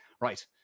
right